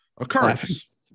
occurrence